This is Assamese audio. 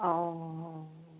অ